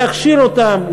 להכשיר אותם,